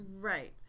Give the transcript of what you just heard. right